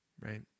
right